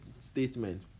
statement